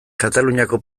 kataluniako